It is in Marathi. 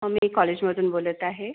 हं मी कॉलेजमधून बोलत आहे